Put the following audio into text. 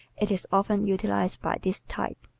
it is often utilized by this type.